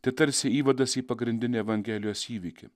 tai tarsi įvadas į pagrindinį evangelijos įvykį